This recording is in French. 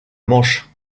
manche